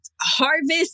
harvest